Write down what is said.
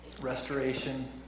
Restoration